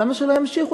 למה שלא ימשיכו?